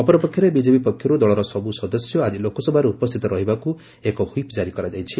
ଅପରପକ୍ଷରେ ବିଜେପି ପକ୍ଷରୁ ଦଳର ସବୁ ସଦସ୍ୟ ଆକି ଲୋକସଭାରେ ଉପସ୍ଥିତ ରହିବାକୁ ଏକ ହ୍ୱିପ୍ ଜାରି କରାଯାଇଛି